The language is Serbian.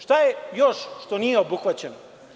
Šta je još što nije obuhvaćeno?